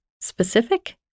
specific